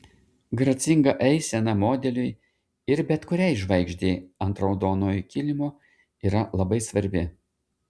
gracinga eisena modeliui ir bet kuriai žvaigždei ant raudonojo kilimo yra labai svarbi